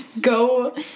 go